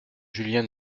julien